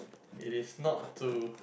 it is not to